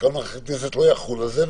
שתקנון הכנסת לא יחול על זה,